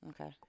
Okay